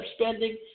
spending